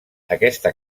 aquesta